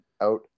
out